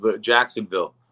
Jacksonville